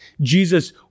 Jesus